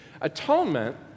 Atonement